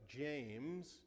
James